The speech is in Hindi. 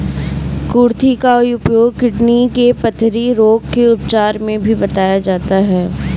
कुर्थी का उपयोग किडनी के पथरी रोग के उपचार में भी बताया जाता है